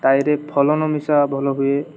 ତାଇରେ ଫଲନ ମିଶା ଭଲ ହୁଏ